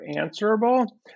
answerable